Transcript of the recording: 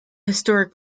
historic